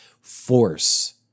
force